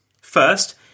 First